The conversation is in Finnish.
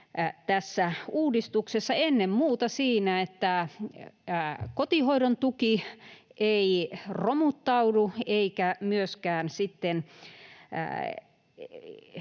tässä uudistuksessa ennen muuta siinä, että kotihoidon tuki ei romutu eikä äideille